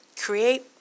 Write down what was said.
Create